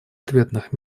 ответных